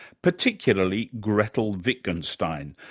particularly gretl wittgenstein,